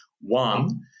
One